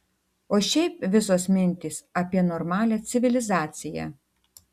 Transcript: o šiaip visos mintys apie normalią civilizaciją